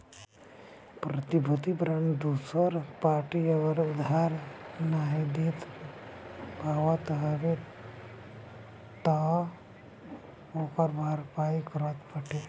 प्रतिभूति बांड दूसर पार्टी अगर उधार नाइ दे पावत हवे तअ ओकर भरपाई करत बाटे